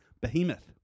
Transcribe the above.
behemoth